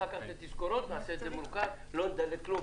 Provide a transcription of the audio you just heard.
אחר כך נעשה את זה ולא נדלג על כלום.